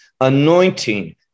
anointing